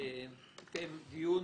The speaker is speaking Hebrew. התקיים דיון